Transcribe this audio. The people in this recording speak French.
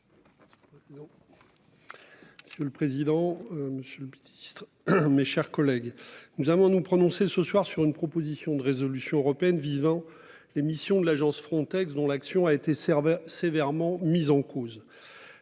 Selon le président, Monsieur le Ministre, mes chers collègues, nous avons nous prononcer ce soir sur une proposition de résolution européenne vivant les missions de l'agence Frontex, dont l'action a été serveur sévèrement mis en cause